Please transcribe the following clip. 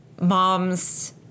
moms